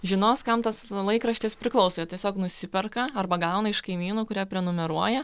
žinos kam tas laikraštis priklauso jie tiesiog nusiperka arba gauna iš kaimynų kurie prenumeruoja